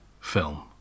film